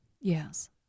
Yes